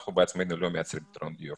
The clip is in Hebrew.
אנחנו בעצמנו לא מייצרים פתרונות דיור.